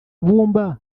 ibumba